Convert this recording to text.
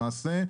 למעשה,